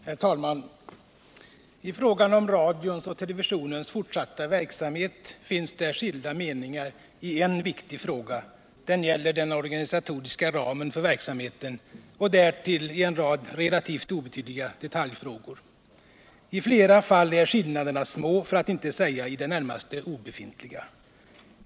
Herr talman! När det gäller radions och televisionens fortsatta verksamhet finns det skilda meningar i en viktig fråga — den gäller den organisatoriska ramen för verksamheten — och därtill i en rad relativt obetydliga detaljfrågor. I flera fall är skillnaderna små, för att inte säga i det närmaste obefintliga.